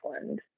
Iceland